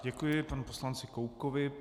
Děkuji panu poslanci Koubkovi.